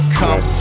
come